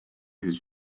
his